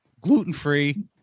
gluten-free